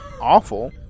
awful